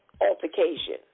altercation